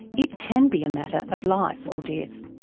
it can be a matter of life or death.